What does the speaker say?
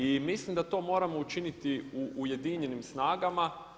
I mislim da to moramo učiniti ujedinjenim snagama.